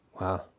Wow